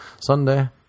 Sunday